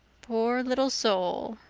poor little soul,